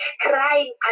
crying